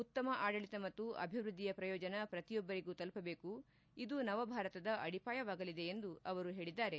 ಉತ್ತಮ ಆಡಳಿತ ಮತ್ತು ಅಭಿವೃದ್ದಿಯ ಪ್ರಯೋಜನ ಪ್ರತಿಯೊಬ್ಬರಿಗೂ ತಲುಪಬೇಕು ಇದು ನವಭಾರತದ ಅಡಿಪಾಯವಾಗಲಿದೆ ಎಂದು ಅವರು ಹೇಳಿದ್ದಾರೆ